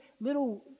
little